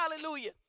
hallelujah